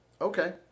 Okay